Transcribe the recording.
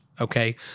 okay